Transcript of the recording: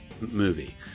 movie